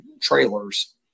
trailers